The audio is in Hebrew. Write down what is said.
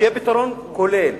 שיהיה פתרון כולל,